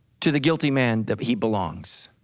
to the guilty man that he belongs.